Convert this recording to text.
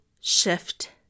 shift